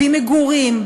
במגורים,